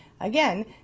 Again